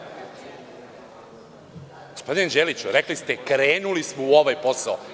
Gospodine Đeliću rekli ste krenuli smo u ovaj posao.